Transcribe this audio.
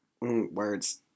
words